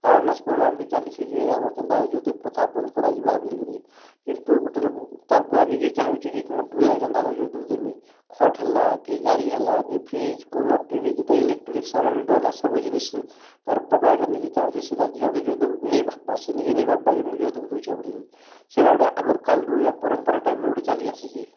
awareness programme ବି ଚାଲିଛେ ଯେ ଆମର୍ କେନ୍ତା ଯୌତୁକ୍ ପ୍ରଥା ବନ୍ଦ୍ କରାଯିବା ବୋଲିକିରି କିନ୍ତୁ ଗୁଟେ ଲୋକ୍ ତା'ର୍ ବୁଆ ନି'ଯେ ଚାହୁଁଛେ ଯେ କେ ମୋର୍ ଟୁକେଲ୍ କେ କେନ୍ତା କରି ଯୌତୁକ୍ ଦେମିଁ ଖଟ୍ ହେଲା କି ଗାଡ଼ି ହେଲା କି ଫ୍ରିଜ୍ କୁଲର୍ ଟିଭି ଯେତେ ଇଲେକଟ୍ରୋନିକ୍ସ୍ ସାମାନ୍ ରହେଲା ସବୁ ଜିନିଷ୍ ତା'ର୍ ବାପା ଏକା ନି'ଯେ ଚାହୁଁଛେ କି ସେ ତା'ର୍ ଝିଅକୁ ଯୌତୁକ୍ ନାଇ ଭାବ୍ବାର୍ ସେ ନି'ଯେ ନାଇ ଭାବ୍ବାର୍ କି ମୁଇଁ ଯୌତୁକ୍ ଦେଉଛେଁ ବୋଲିକରି ସେଟା ଗୁଟେ ଆଗର୍ କାଲ୍ ରୁ ପରମ୍ପରା ଟାଇପ୍ ର ଗୁଟେ ଚାଲି ଆସିଛେ